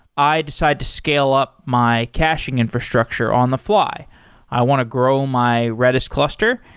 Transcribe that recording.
i decide to scale up my caching infrastructure on-the-fly. i want to grow my redis cluster.